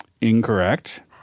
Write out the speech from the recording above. Incorrect